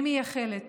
אני מייחלת